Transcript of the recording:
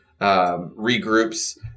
regroups